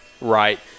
right